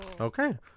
Okay